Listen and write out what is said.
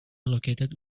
located